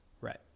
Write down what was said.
Right